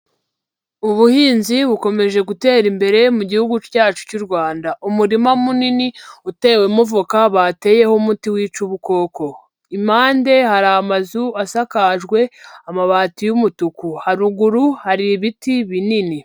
Ubuhinzi bukomeje gutera imbere mu gihugu cyacu cy'u Rwanda. Umurima munini utewemo voka bateyeho umuti wica ubukoko. Impande hari amazu asakajwe amabati y'umutuku. Haruguru hari ibiti binini.